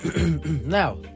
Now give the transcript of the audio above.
now